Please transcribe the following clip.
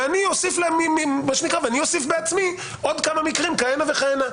ואני אוסיף בעצמי עוד כמה מקרים כהנה וכהנה.